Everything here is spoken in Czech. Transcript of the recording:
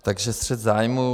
Takže střet zájmů.